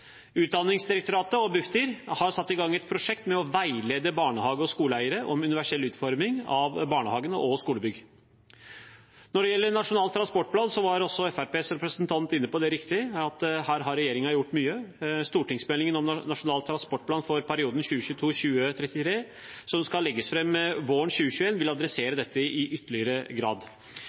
Utdanningsdirektoratet og Bufdir har satt i gang et prosjekt med å veilede barnehage- og skoleeiere om universell utforming av barnehagene og skolebygg. Når det gjelder Nasjonal transportplan, var Fremskrittspartiets representant helt riktig inne på at her har regjeringen gjort mye. Stortingsmeldingen om Nasjonal transportplan for perioden 2022–2033, som skal legges fram våren 2021, vil adressere dette i ytterligere grad.